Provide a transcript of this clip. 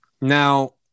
Now